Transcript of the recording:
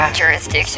jurisdiction